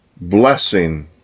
blessing